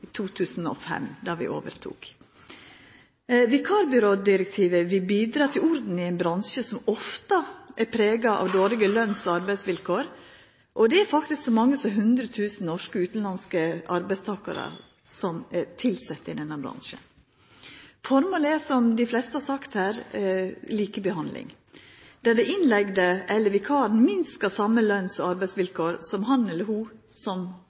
2005. Vikarbyrådirektivet vil bidra til orden i ein bransje som ofte er prega av dårlege lønns- og arbeidsvilkår. Det er faktisk så mange som 100 000 norske og utanlandske arbeidstakarar som er tilsette i denne bransjen. Formålet er – som mange her har sagt – likebehandling, der den innleigde eller vikaren minst skal ha same lønns- og arbeidsvilkår som